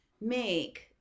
make